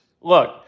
Look